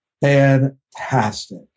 fantastic